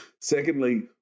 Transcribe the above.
Secondly